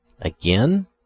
Again